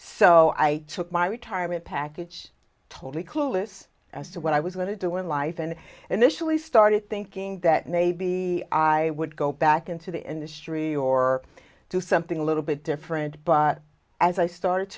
so i took my retirement package totally clueless as to what i was going to do in life and initially started thinking that maybe i would go back into the industry or do something a little bit different but as i started